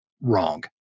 wrong